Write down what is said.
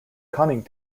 conning